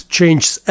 Changes